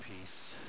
peace